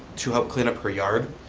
to help clean up her yard.